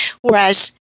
Whereas